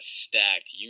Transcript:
stacked